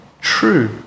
true